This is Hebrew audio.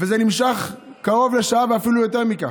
וזה נמשך קרוב לשעה ואפילו יותר מזה,